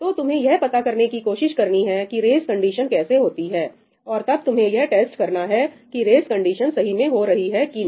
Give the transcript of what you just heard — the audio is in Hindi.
तो तुम्हें यह पता करने की कोशिश करनी है कि रेस कंडीशन कैसे होती है और तब तुम्हें यह टेस्ट करना है कि रेस कंडीशन सही में हो रही है कि नहीं